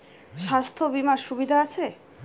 স্বাস্থ্য বিমার সুবিধা আছে?